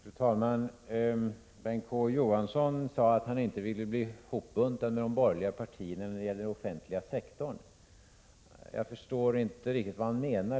Fru talman! Bengt K. Å. Johansson sade att han inte ville bli hopbuntad med de borgerliga partierna när det gäller den offentliga sektorn. Jag förstår inte riktigt vad han menar.